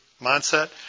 mindset